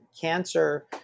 cancer